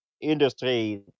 industry